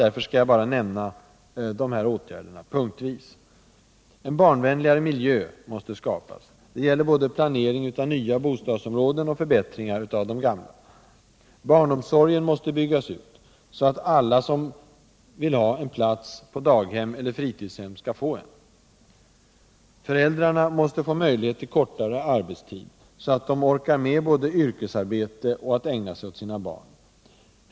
Därför skall jag bara nämna dessa åtgärder punktvis. En barnvänligare miljö måste skapas. Det gäller både planering av nya bostadsområden och förbättringar av gamla. Barnomsorgen måste byggas ut så att alla som vill ha en plats på daghem eller fritidshem kan få en. Föräldrarna måste få möjlighet till kortare arbetstid så att de orkar med både yrkesarbete och att ägna sig åt sina barn.